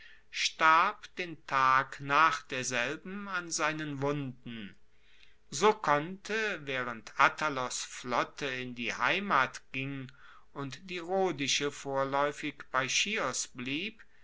starb den tag nach derselben an seinen wunden so konnte waehrend attalos flotte in die heimat ging und die rhodische vorlaeufig bei chios blieb